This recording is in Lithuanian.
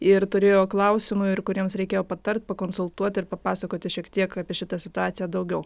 ir turėjo klausimų ir kuriems reikėjo patart pakonsultuot ir papasakoti šiek tiek apie šitą situaciją daugiau